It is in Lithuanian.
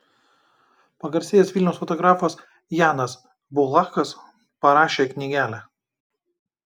pagarsėjęs vilniaus fotografas janas bulhakas parašė knygelę